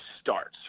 starts